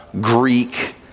Greek